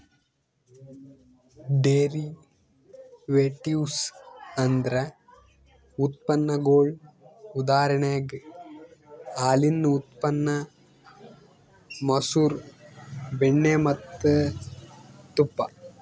derivatives ಅಂದ್ರ ಉತ್ಪನ್ನಗೊಳ್ ಉದಾಹರಣೆಗ್ ಹಾಲಿನ್ ಉತ್ಪನ್ನ ಮಸರ್, ಬೆಣ್ಣಿ ಮತ್ತ್ ತುಪ್ಪ